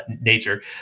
nature